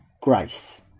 grace